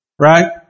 Right